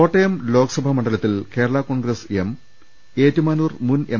കോട്ടയം ലോക്സഭാ മണ്ഡലത്തിൽ കേരള കോൺഗ്രസ് എം ഏറ്റുമാനൂർ മുൻ എം